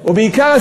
או בעיקר,